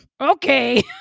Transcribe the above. Okay